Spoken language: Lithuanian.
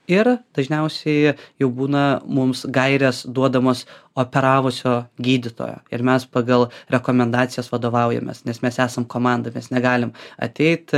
ir dažniausiai jau būna mums gaires duodamos operavusio gydytojo ir mes pagal rekomendacijas vadovaujamės nes mes esam komanda mes negalim ateit